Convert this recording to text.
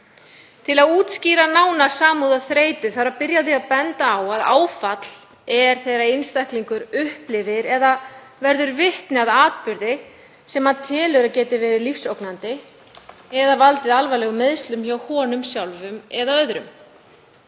Til að útskýra nánar samúðarþreytu þarf að byrja á því benda á að áfall er þegar einstaklingur upplifir eða verður vitni að atburði sem hann telur að geti verið lífsógnandi eða valdið alvarlegum meiðslum hjá honum sjálfum eða öðrum.